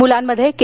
मुलांमध्ये के